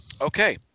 Okay